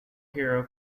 hero